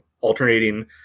alternating